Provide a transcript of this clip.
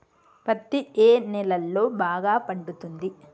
పత్తి ఏ నేలల్లో బాగా పండుతది?